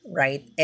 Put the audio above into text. right